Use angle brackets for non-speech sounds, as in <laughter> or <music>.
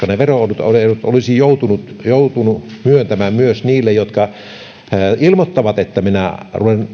<unintelligible> ne veroedut olisi joutunut joutunut myöntämään myös niille jotka ilmoittavat että minä